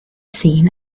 seen